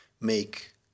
make